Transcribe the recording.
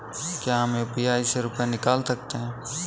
क्या हम यू.पी.आई से रुपये निकाल सकते हैं?